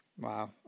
Wow